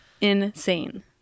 insane